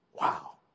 Wow